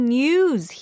news